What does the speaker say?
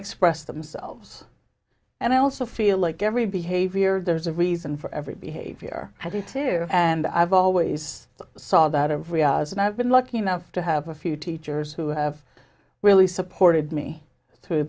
express themselves and i also feel like every behavior there's a reason for every behavior i do too and i've always sought out of riyaaz and i've been lucky enough to have a few teachers who have really supported me through